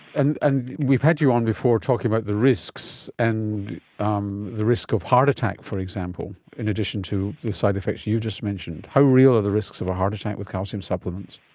and and we've had you on before talking about the risks and um the risk of heart attack, for example, in addition to the side-effects you've just mentioned. how real are the risks of a heart attack with calcium supplements?